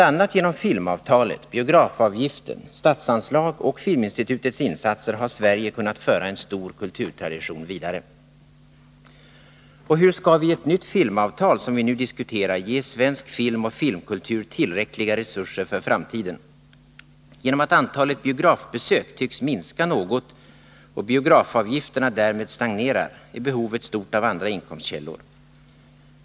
a. genom filmavtalet, biografavgiften, statsanslag och Filminstitutets insatser har Sverige kunnat föra en stor kulturtradition vidare. Hur skall vi i ett nytt filmavtal, som vi nu diskuterar, ge svensk film och filmkultur tillräckliga resurser för framtiden? På grund av att antalet biografbesök tycks minska något och inkomsten från biografavgifterna därmed stagnerar är behovet av andra inkomstkällor stort.